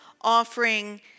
offering